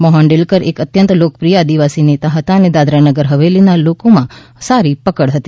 મોહન ડેલકર એક અત્યંત લોકપ્રિય આદિવાસી નેતા હતા અને દાદરા નગર હવેલીના લોકોમાં સારી પકડ હતી